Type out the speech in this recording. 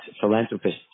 philanthropist